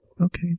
Okay